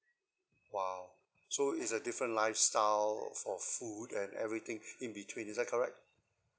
!wow! so is a different lifestyle for food and everything in between is that correct